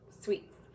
sweets